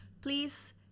please